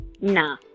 Nah